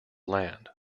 land